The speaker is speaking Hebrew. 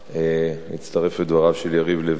אני מצטרף לדבריו של יריב לוין,